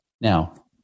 Now